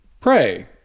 pray